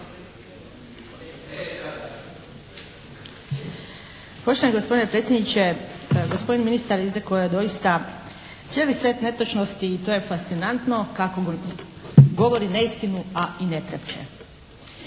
Poštovani gospodine predsjedniče, gospodin ministar izrekao je doista cijeli set netočnosti i to je fascinantno kako govori neistinu a i ne trepće.